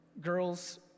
Girls